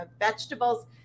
vegetables